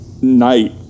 night